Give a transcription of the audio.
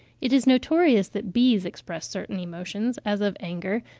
it is notorious that bees express certain emotions, as of anger,